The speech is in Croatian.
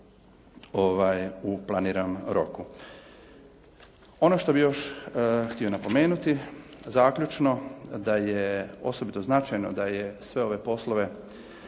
u planiranom roku. Ono što bih još htio napomenuti, zaključno, da je osobito značajno da je sve ove poslove,